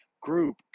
group